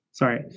Sorry